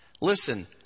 Listen